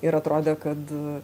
ir atrodė kad